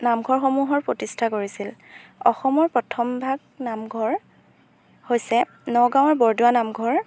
নামঘৰসমূহৰ প্ৰতিষ্ঠা কৰিছিল অসমৰ প্ৰথমভাগ নামঘৰ হৈছে নগাঁৱৰ বৰদোৱা নামঘৰ